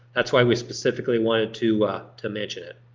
that's why we specifically wanted to to mention it.